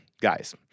guys